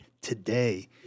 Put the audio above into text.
today